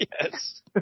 Yes